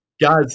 guys